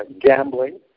Gambling